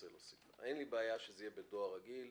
אין לי בעיה שזה יהיה בדואר רגיל.